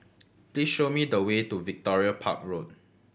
please show me the way to Victoria Park Road